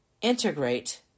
integrate